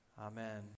Amen